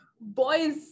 Boys